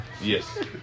Yes